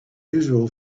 usual